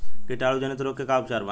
कीटाणु जनित रोग के का उपचार बा?